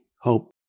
hope